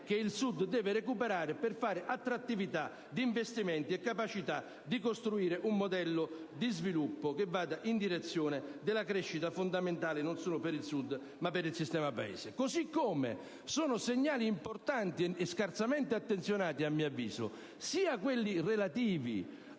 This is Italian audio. che il Sud deve recuperare per rendere attrattivi gli investimenti e conseguire la capacità di costruire un modello di sviluppo che vada in direzione della crescita fondamentale non solo del Sud ma dell'intero sistema Paese. Così come sono segnali importanti (e scarsamente attenzionati a mio avviso) quelli relativi